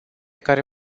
care